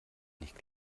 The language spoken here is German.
nicht